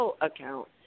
account